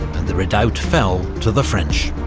and the redoubt fell to the french.